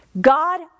God